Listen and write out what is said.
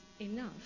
enough